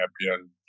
champion